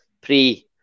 pre